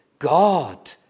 God